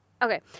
Okay